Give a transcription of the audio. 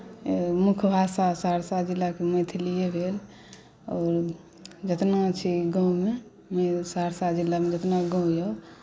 मुख्य भाषा सहरसा जिलाके मैथिलीए भेल आओर जितना छी गाँवमे सहरसा जिलामे जितना गाँव यए